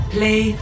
Play